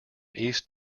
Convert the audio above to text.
east